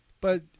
but-